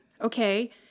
okay